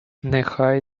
нехай